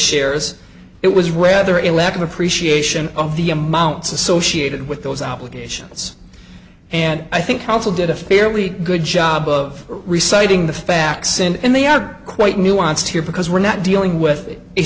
shares it was rather a lack of appreciation of the amounts associated with those obligations and i think counsel did a fairly good job of reciting the facts and they are quite nuanced here because we're not dealing with a